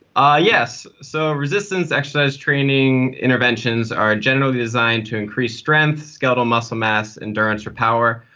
ah yes. so resistance exercise training interventions are generally designed to increase strength, skeletal muscle mass, endurance or power,